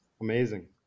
Amazing